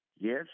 yes